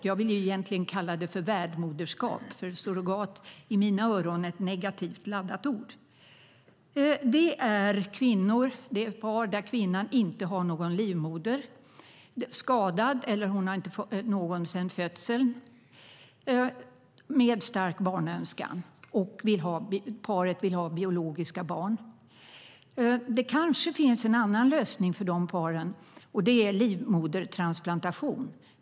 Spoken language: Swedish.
Jag vill egentligen kalla det för värdmoderskap, för "surrogat" är i mina ögon ett negativt laddat ord. Det handlar om par där kvinnan inte har någon livmoder - den kanske är skadad eller hon har inte haft någon sedan födseln - och som har en stark barnönskan. Paret vill ha biologiska barn. Det kanske finns en annan lösning för de paren, nämligen livmodertransplantation.